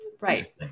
Right